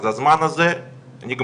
אז הזמן הזה נגמר,